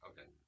Okay